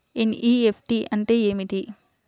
NEFT అంటే ఏమిటి?